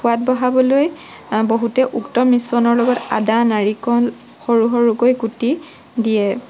সোৱাদ বঢ়াবলৈ বহুতে উক্ত মিশ্ৰণৰ লগত আদা নাৰিকল সৰু সৰুকৈ কুটি দিয়ে